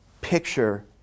picture